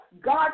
God